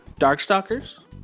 Darkstalkers